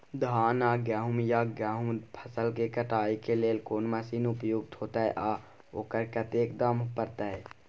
धान आ गहूम या गेहूं फसल के कटाई के लेल कोन मसीन उपयुक्त होतै आ ओकर कतेक दाम परतै?